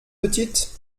petite